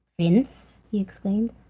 prince! he exclaimed,